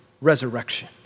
Resurrection